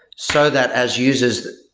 so that as users,